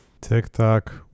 TikTok